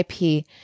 IP